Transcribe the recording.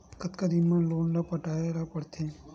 कतका दिन मा लोन ला पटाय ला पढ़ते?